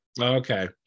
Okay